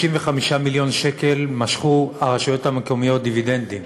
55 מיליון שקל משכו הרשויות המקומיות דיבידנדים,